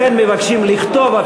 לכן מבקשים לכתוב,